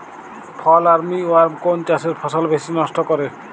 ফল armyworm কোন চাষের ফসল বেশি নষ্ট করে?